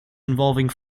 involving